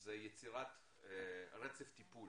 זה יצירת רצף טיפול